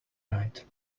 night